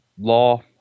Law